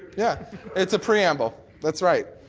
yeah it's a preamble, that's right.